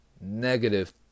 negative